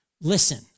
Listen